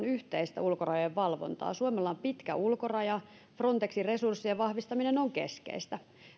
yhteistä ulkorajojen valvontaa suomella on pitkä ulkoraja frontexin resurssien vahvistaminen on keskeistä ja